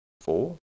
four